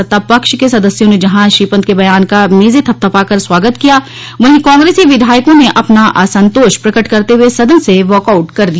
सत्तापक्ष के सदस्यों ने जहां श्री पंत के बयान का मेजें थपथपाकर स्वागत किया वहीं कांग्रेसी विधायकों ने अपना असंतोष प्रकट करते हुए सदन से वाकआउट कर दिया